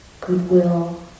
goodwill